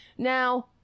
Now